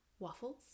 Waffles